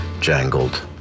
jangled